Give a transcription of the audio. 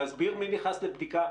להסביר מי נכנס לבדיקה.